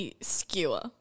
skewer